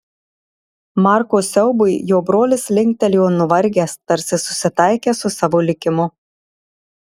marko siaubui jo brolis linktelėjo nuvargęs tarsi susitaikęs su savo likimu